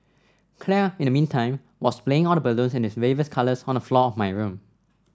claire in the meantime was splaying all the balloons in its various colours on the floor of my room